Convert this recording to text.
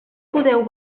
podeu